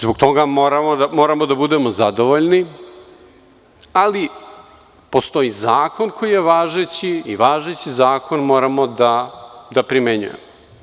Zbog toga moramo da budemo zadovoljni, ali postoji zakon koji je važeći i važeći zakon moramo da primenjujemo.